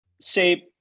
say